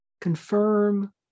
confirm